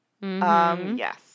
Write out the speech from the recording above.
Yes